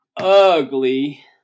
ugly